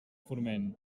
forment